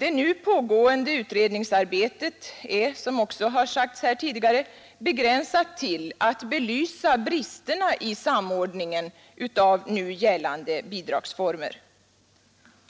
Det nu pågående utredningsarbetet är begränsat till att belysa bristerna i samordningen av gällande bidragsformer.